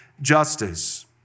justice